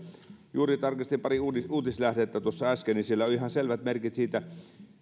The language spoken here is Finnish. juuri tarkastin pari uutislähdettä tuossa äsken niin siellä on ihan selvät merkit siitä